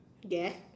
yes